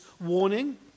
warning